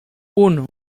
uno